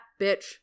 bitch